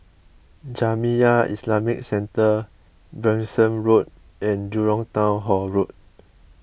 Jamiyah Islamic Centre Branksome Road and Jurong Town Hall Road